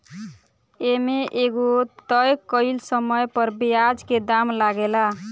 ए में एगो तय कइल समय पर ब्याज के दाम लागेला